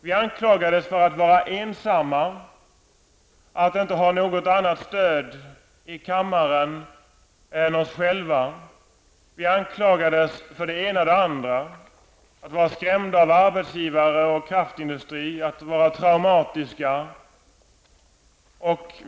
Vi anklagades för att vara ensamma, att inte ha något annat stöd i kammaren än oss själva. Vi anklagades för att vara skrämda av arbetsgivare och kraftindustrin, att vara traumatiska och det ena och det andra.